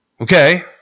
Okay